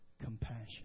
compassion